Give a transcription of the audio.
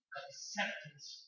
acceptance